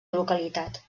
localitat